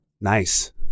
Nice